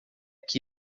que